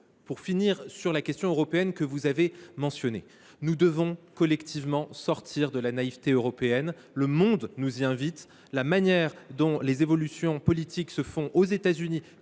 conclus sur la question de l’Europe, que vous avez mentionnée : nous devons, collectivement, sortir de notre naïveté européenne. Le monde nous invite, avec la manière dont les évolutions politiques se font aux États Unis